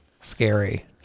Scary